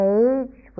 age